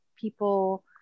people